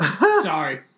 sorry